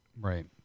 Right